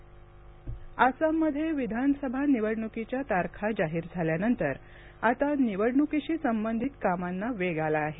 आसाम निवडणूक आसाममध्ये विधानसभा निवडणुकीच्या तारखा जाहीर झाल्यानंतर आता निवडणुकीशी संबंधित कामांना वेग आला आहे